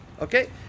Okay